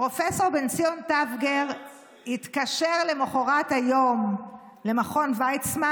פרופ' בן ציון טבגר התקשר למוחרת היום למכון ויצמן